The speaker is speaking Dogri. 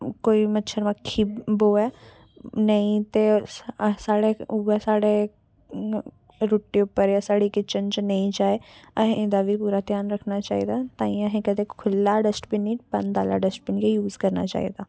कोई मच्छर मक्खी बवै नेईं ते साढ़े उ'ऐ साढ़े रुट्टी उप्पर जां साढ़ी किचन च नेईं जाए असें एह्दा बी पूरा ध्यान रक्खना चाहिदा तां गै असें कदें खुल्ला डस्टबिन निं बंद आह्ला डस्टबिन गै यूज करना चाहिदा